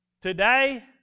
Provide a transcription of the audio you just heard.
Today